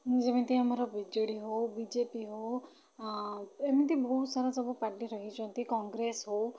ଯେମିତି ଆମର BJD ହେଉ ବି ଜେ ପି ହେଉ ଏମିତି ବହୁତ ସାରା ସବୁ ପାର୍ଟି ରହିଛନ୍ତି କଂଗ୍ରେସ୍ ହେଉ